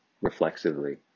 reflexively